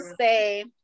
say